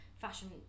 fashion